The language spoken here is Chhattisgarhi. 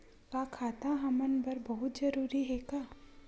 का खाता हमर बर बहुत जरूरी हे का?